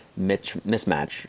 mismatch